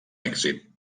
èxit